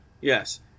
Yes